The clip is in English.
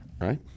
right